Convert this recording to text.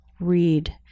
read